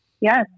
yes